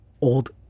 old